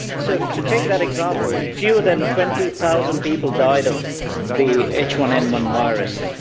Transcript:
so, to take that example, fewer than twenty thousand people died of the h one n one virus,